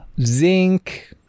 zinc